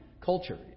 culture